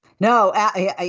No